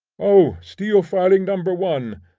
o steel-filing number one!